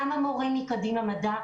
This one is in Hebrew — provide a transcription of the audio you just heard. גם המורים מקדימה מדע,